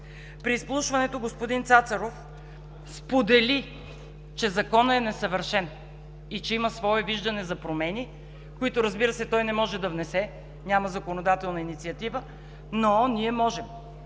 При изслушването господин Цацаров сподели, че законът е несъвършен и че има свое виждане за промени, които, разбира се, той не може да внесе – няма законодателна инициатива, но ние можем.